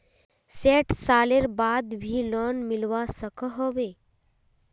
सैट सालेर बाद भी लोन मिलवा सकोहो होबे?